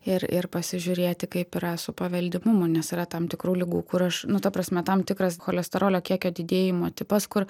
ir ir pasižiūrėti kaip yra su paveldimumu nes yra tam tikrų ligų kur aš nu ta prasme tam tikras cholesterolio kiekio didėjimo tipas kur